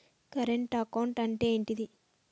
Current account అంటే ఏంటిది?